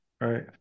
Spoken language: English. Right